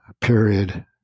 period